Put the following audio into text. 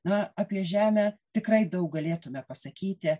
na apie žemę tikrai daug galėtume pasakyti